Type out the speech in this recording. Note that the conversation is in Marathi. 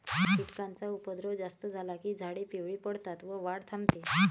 कीटकांचा उपद्रव जास्त झाला की झाडे पिवळी पडतात व वाढ थांबते